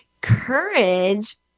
Courage